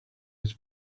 his